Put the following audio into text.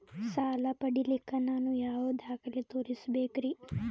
ಸಾಲ ಪಡಿಲಿಕ್ಕ ನಾನು ಯಾವ ದಾಖಲೆ ತೋರಿಸಬೇಕರಿ?